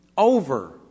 Over